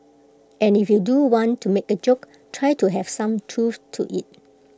and if you do want to make A joke try to have some truth to IT